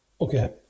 okay